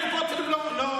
תביאו לי פעם אחת שלא אמרתי.